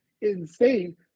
insane